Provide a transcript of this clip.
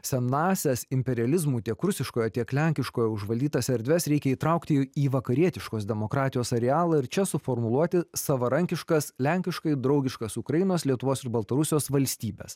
senąsias imperializmu tiek rusiškojo tiek lenkiškojo užvaldytas erdves reikia įtraukti į vakarietiškos demokratijos arealą ir čia suformuluoti savarankiškas lenkiškai draugiškas ukrainos lietuvos ir baltarusijos valstybės